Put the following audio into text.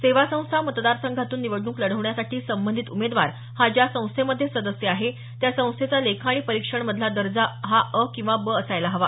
सेवा संस्था मतदारसंघातून निवडणूक लढवण्यासाठी संबंधित उमेदवार हा ज्या संस्थेमध्ये सदस्य आहे त्या संस्थेचा लेखा आणि परिक्षण मधला दर्जा हा अ किंवा ब असायला हवा